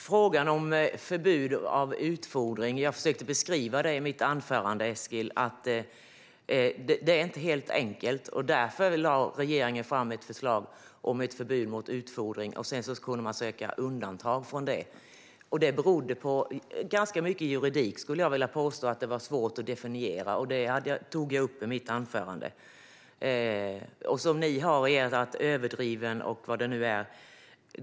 Fru talman! I mitt anförande försökte jag beskriva frågan om förbud av utfodring, Eskil. Det här är inte helt enkelt, och därför lade regeringen fram ett förslag om ett förbud mot utfodring som man sedan kunde begära att få göra ett undantag från. Det här berodde i mycket på juridik; det var svårt att definiera det hela. Det här tog jag som sagt upp i mitt anförande. I ert förslag skriver ni "överdriven utfodring".